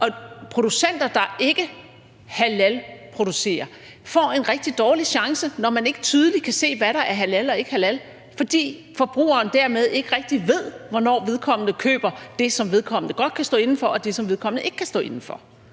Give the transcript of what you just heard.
Producenter, der ikke halalproducerer, får en rigtig dårlig chance, når forbrugeren ikke tydeligt kan se, hvad der er halal, og hvad der ikke er halal, fordi forbrugeren dermed ikke rigtig ved, hvornår vedkommende køber det, som vedkommende godt kan stå inde for, og det, som vedkommende ikke kan stå inde for.